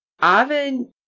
Avin